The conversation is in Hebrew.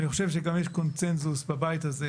אני חושב שיש גם קונצנזוס בבית הזה,